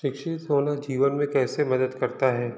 शिक्षित होना जीवन में कैसे मदद करता है